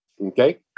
okay